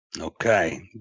Okay